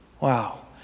Wow